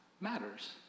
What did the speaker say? matters